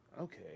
Okay